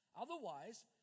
Otherwise